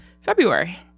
February